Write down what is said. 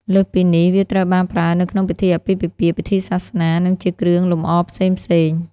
លើសពីនេះ វាត្រូវបានប្រើនៅក្នុងពិធីអាពាហ៍ពិពាហ៍ ពិធីសាសនា និងជាគ្រឿងលម្អផ្សេងៗ។